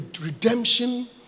redemption